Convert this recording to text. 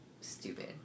Stupid